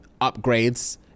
upgrades